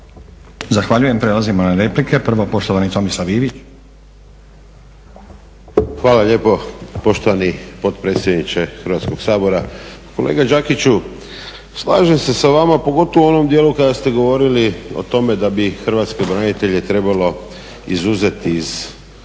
Zahvaljujem. Prelazimo na replike. Prvo poštovani Tomislav Ivić. **Ivić, Tomislav (HDZ)** Hvala lijepo poštovani potpredsjedniče Hrvatskog sabora. Kolega Đakiću, slažem se sa vama pogotovo u onom dijelu kada ste govorili o tome da bi Hrvatske branitelje trebalo izuzeti iz ovog